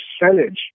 percentage